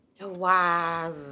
Wow